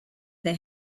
they